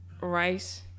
rice